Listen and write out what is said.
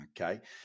okay